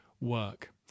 work